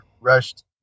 rushed